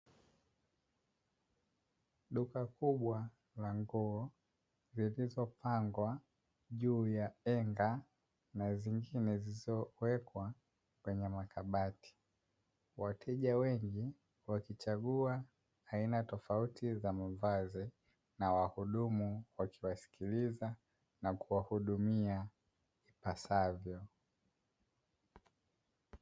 Duka kubwa la nguo, zilizopangwa juu ya henga na zingine zilizowekwa kwenye makabati. Wateja wengi wakichagua aina tofauti za mavazi na wahudumu wakiwasikiliza na kuwahudumia ipasavyo.